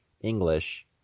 English